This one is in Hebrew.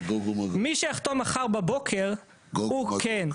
מי שיחתום מחר בבוקר, הוא כן.